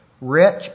rich